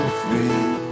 free